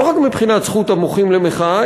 לא רק מבחינת זכות המוחים למחאה,